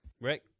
Rick